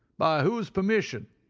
by whose permission?